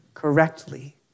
correctly